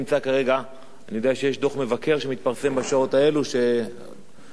אני יודע שיש דוח מבקר שמתפרסם בשעות אלה ושמעסיק אותו,